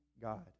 God